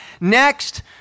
next